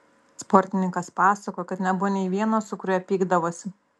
sportininkas pasakojo kad nebuvo nei vieno su kuriuo pykdavosi